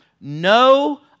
No